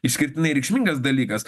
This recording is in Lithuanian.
išskirtinai reikšmingas dalykas